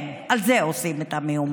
כן, על זה עושים את המהומה.